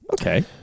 Okay